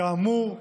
כאמור,